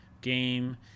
game